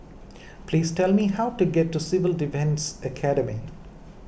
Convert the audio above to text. please tell me how to get to Civil Defence Academy